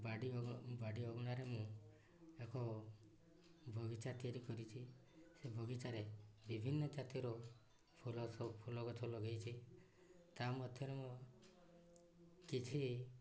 ବାଡ଼ି ବାଡ଼ି ଅଗଣାରେ ମୁଁ ଏକ ବଗିଚା ତିଆରି କରିଛି ସେ ବଗିଚାରେ ବିଭିନ୍ନ ଜାତିର ଫୁଲ ଫୁଲ ଗଛ ଲଗେଇଛି ତା ମଧ୍ୟରେ ମୁଁ କିଛି